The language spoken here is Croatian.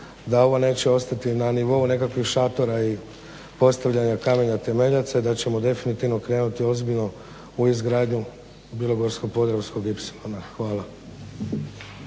da ovo neće ostati na nivou nekakvih šatora i postavljanja kamena temeljaca i da ćemo definitivno krenuti ozbiljno u izgradnju Bilogorsko-podravskog ipsilona. Hvala.